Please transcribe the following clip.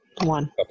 One